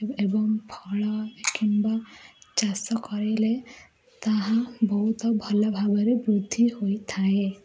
ଏବଂ ଫଳ କିମ୍ବା ଚାଷ କରିଲେ ତାହା ବହୁତ ଭଲ ଭାବରେ ବୃଦ୍ଧି ହୋଇଥାଏ